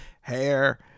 hair